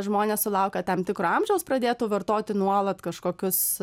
žmonės sulaukę tam tikro amžiaus pradėtų vartoti nuolat kažkokius